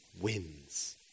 wins